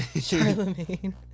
Charlemagne